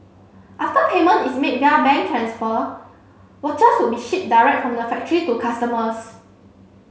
after payment is made via bank transfer watches would be shipped direct from the factory to customers